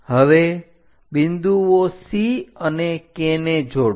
હવે બિંદુઓ C અને K ને જોડો